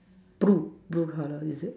blue blue color is it